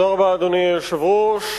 אדוני היושב-ראש,